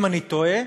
אם אני טועה,